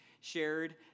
shared